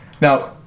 Now